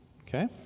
Okay